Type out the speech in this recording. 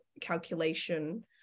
calculation